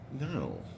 no